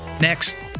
Next